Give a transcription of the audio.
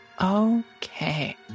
Okay